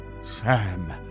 Sam